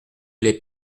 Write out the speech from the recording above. les